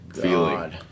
feeling